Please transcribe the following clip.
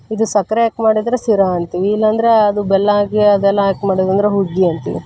ಇದು ಸಕ್ಕರೆ ಹಾಕ್ ಮಾಡಿದರೆ ಶೀರಾ ಅಂತೀವಿ ಇಲ್ಲಂದರೆ ಅದು ಬೆಲ್ಲ ಹಾಕಿ ಅದೆಲ್ಲ ಹಾಕ್ ಮಾಡೋದಂದರೆ ಹುಗ್ಗಿ ಅಂತೀವಿ